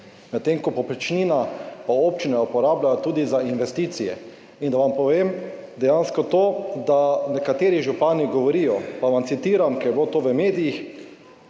medtem ko povprečnino pa občine uporabljajo tudi za investicije. In da vam povem dejansko to, kar nekateri župani govorijo, pa vam citiram, ker je bilo to v medijih.